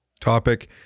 topic